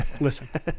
Listen